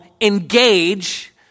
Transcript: engage